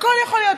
הכול יכול להיות,